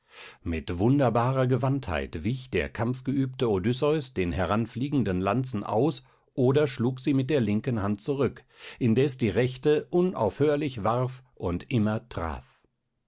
mit wunderbarer gewandtheit wich der kampfgeübte odysseus den heranfliegenden lanzen aus oder schlug sie mit der linken hand zurück indes die rechte unaufhörlich warf und immer traf